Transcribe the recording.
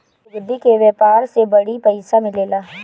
लुगदी के व्यापार से बड़ी पइसा मिलेला